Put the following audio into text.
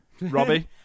Robbie